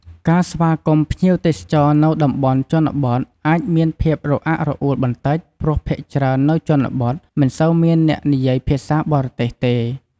ការស្វាគមន៍ភ្ញៀវទេសចរណ៍នៅតំបន់ជនបទ អាចមានភាពរអាក់រអួលបន្តិចព្រោះភាគច្រើននៅជនបទ មិនសូវមានអ្នកនិយាយភាសាបរទេសទេ។